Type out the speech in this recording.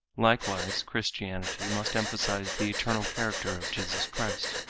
likewise christianity must emphasize the eternal character of jesus christ.